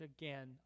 again